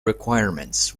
requirements